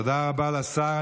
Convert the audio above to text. תודה רבה לשר.